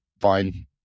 fine